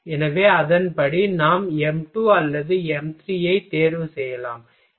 எனவே அதன்படி நாம் m 2 அல்லது m 3 ஐ தேர்வு செய்யலாம்